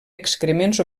excrements